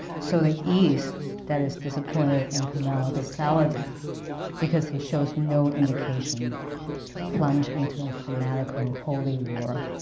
so the east that is disappointed in kemal the saladin because he shows no indication to plunge into a fanatical holy war,